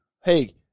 hey